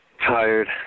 tired